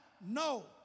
No